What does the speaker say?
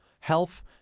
health